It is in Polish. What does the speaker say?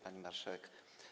Pani Marszałek!